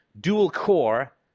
dual-core